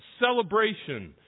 celebration